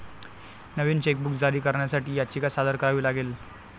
नवीन chequebook जारी करण्यासाठी याचिका सादर करावी लागेल